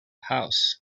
house